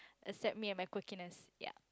accept me and my quirkiness ya